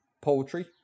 poetry